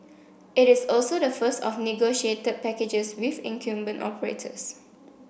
it is also the first of negotiated packages with incumbent operators